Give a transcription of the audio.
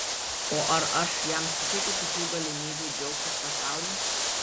o ar aš jam suteikiu kitų galimybių džiaugtis pasauliu